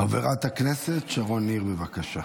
חברת הכנסת שרון ניר, בבקשה.